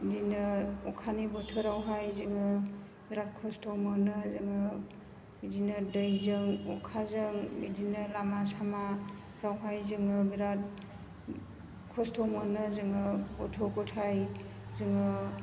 बिदिनो अखानि बोथोरावहाय जोङो बिराद खस्त' मोनो जोङो बिदिनो दैजों अखाजों बिदिनो लामा सामाफोरावहाय जोङो बिराद खस्त' मोनो जोङो गथ' गथाय जोङो